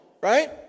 right